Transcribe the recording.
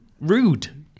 rude